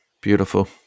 Beautiful